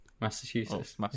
Massachusetts